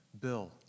Bill